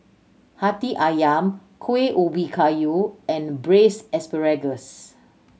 Hati Ayam Kuih Ubi Kayu and Braised Asparagus